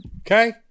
Okay